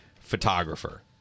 photographer